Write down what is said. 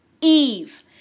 Eve